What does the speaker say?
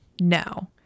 no